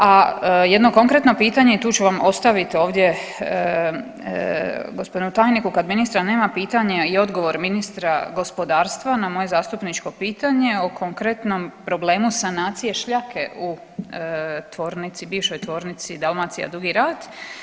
A jedno konkretno pitanje i tu ću vam ostaviti ovdje gospodinu tajniku, kad ministra nema, pitanje i odgovor ministra gospodarstva na moje zastupničko pitanje o konkretnom problemu sanacije šljake u tvornici, bivšoj tvornici Dalmacija Dugi Rat.